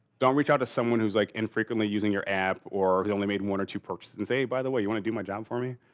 don't reach out to someone who's like infrequently using your app or they only made one or two purchases and say by the way, you want to do my job for me?